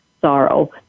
sorrow